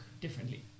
differently